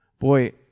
Boy